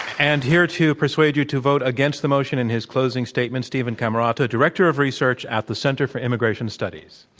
and here to persuade you to vote against the motion in his closing statement, steven camarota, director of research at the center for immigration studies.